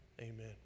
Amen